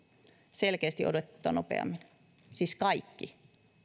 selkeästi odotettua nopeammin siis kaikki